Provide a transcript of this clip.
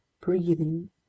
breathing